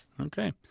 Okay